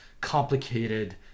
complicated